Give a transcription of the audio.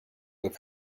live